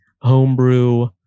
homebrew